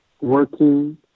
working